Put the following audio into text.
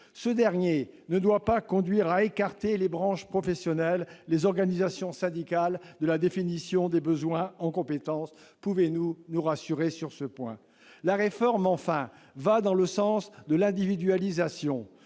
organisme ne doit pas conduire à écarter les branches professionnelles ni les organisations syndicales de la définition des besoins en compétence. Pouvez-vous nous rassurer sur ce point ? La réforme, enfin, va dans le sens de l'individualisation.